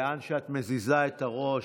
לאן שאת מזיזה את הראש,